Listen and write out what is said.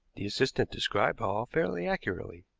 the assistant described hall fairly accurately.